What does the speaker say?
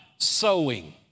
sowing